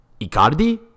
Icardi